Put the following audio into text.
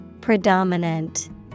predominant